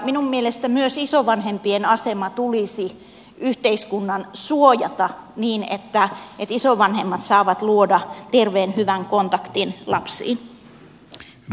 minun mielestäni myös isovanhempien asema tulisi yhteiskunnan suojata niin että isovanhemmat saavat luoda terveen hyvän kontaktin lapsiin